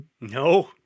No